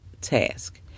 task